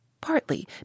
partly